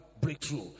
breakthrough